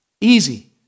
easy